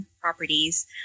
properties